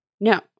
No